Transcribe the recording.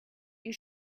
you